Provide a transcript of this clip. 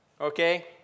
Okay